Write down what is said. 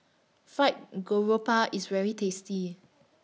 Fried Garoupa IS very tasty